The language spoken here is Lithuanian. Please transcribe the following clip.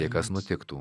jei kas nutiktų